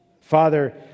Father